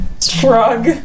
shrug